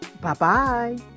Bye-bye